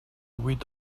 huit